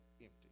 empty